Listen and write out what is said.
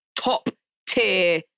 top-tier